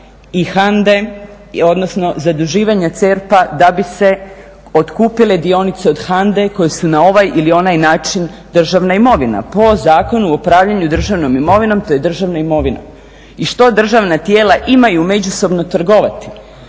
i HANDA-e odnosno zaduživanje CERP-a da bi se otkupile dionice od HANDA-e koje su na ovaj ili onaj način državna imovina po Zakonu o upravljanju državnom imovinom to je državna imovina. I što državna tijela imaju međusobno trgovati.